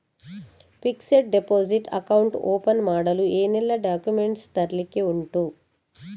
Fixed deposit account open ಮಾಡಲು ಏನೆಲ್ಲಾ documents ತರ್ಲಿಕ್ಕೆ ಉಂಟು?